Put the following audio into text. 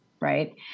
right